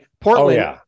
Portland